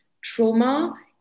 trauma